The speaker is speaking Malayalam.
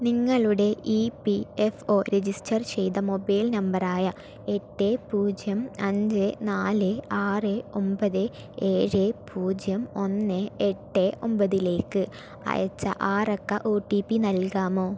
നിങ്ങളുടെ E P F O register ചെയ്ത മൊബൈൽ നമ്പറായ എട്ട് പൂജ്യം അഞ്ച് നാല് ആറ് ഒമ്പത് ഏഴ് പൂജ്യം ഒന്ന് എട്ട് ഒമ്പതിലേക്ക് അയച്ച ആറക്ക ഒ ടി പി നൽകാമോ